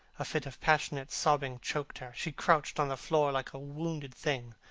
a fit of passionate sobbing choked her. she crouched on the floor like a wounded thing,